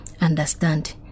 understand